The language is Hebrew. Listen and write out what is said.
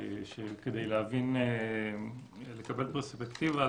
כדי לקבל פרספקטיבה,